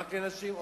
רק לנשים.